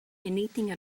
anything